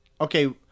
okay